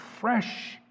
fresh